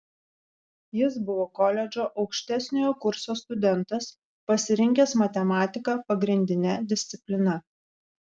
jis buvo koledžo aukštesniojo kurso studentas pasirinkęs matematiką pagrindine disciplina